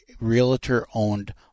realtor-owned